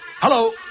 Hello